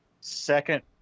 second